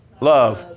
Love